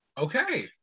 Okay